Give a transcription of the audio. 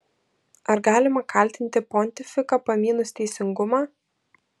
ar galima kaltinti pontifiką pamynus teisingumą